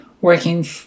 working